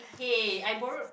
hey I borrowed